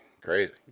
crazy